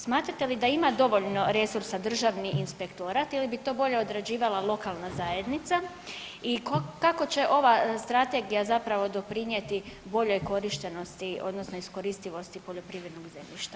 Smatrate li da ima dovoljno resursa Državni inspektorat ili bi to bolje odrađivala lokalna zajednica i kako će ova strategija zapravo doprinijeti boljoj korištenosti odnosno iskoristivosti poljoprivrednog zemljišta?